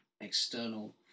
external